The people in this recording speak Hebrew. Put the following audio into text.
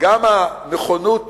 וגם הנכונות